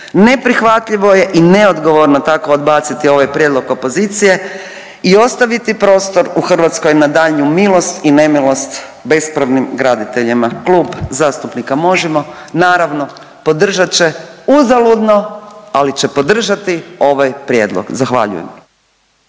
Neprihvatljivo je neodgovorno tako odbaciti ovaj prijedlog opozicije i ostaviti prostor u Hrvatskoj na daljnju milost i nemilost bespravnim graditeljima. Klub zastupnika Možemo naravno podržat će uzaludno, ali će podržati ovaj prijedlog. Zahvaljujem.